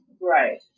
Right